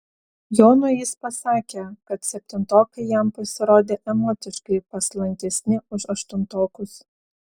jonui jis pasakė kad septintokai jam pasirodė emociškai paslankesni už aštuntokus